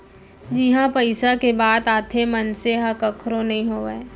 जिहाँ पइसा के बात आथे मनसे ह कखरो नइ होवय